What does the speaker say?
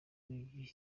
igihugu